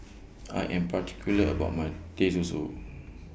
I Am particular about My Teh Susu